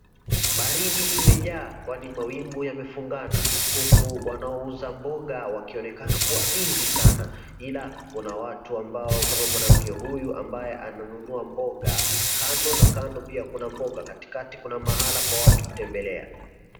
Baridi imejaa kwani mawingu yamefungana, huku wanaouza mboga wakionekana kuwa busy sana, ila kuna watu ambao kama mwanamke huyu ambaye ananunua mboga. Kando na kando pia kuna mboga, katikati kuna pahala pa watu kutembelea.